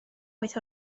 wyth